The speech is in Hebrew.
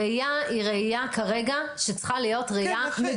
הראייה היא כרגע ראייה שצריכה להיות מדינית,